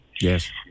Yes